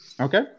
Okay